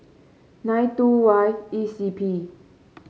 nine two Y E C P